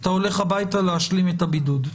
אתה הולך הביתה להשלים את הבידוד.